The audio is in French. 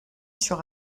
sur